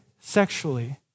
sexually